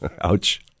ouch